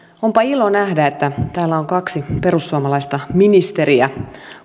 onpa ilo nähdä että täällä on kaksi perussuomalaista ministeriä